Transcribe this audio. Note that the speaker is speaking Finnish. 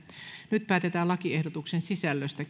nyt päätetään lakiehdotuksen sisällöstä